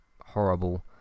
horrible